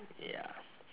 ya